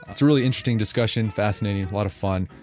truly interesting discussion, fascinating, lot of fun,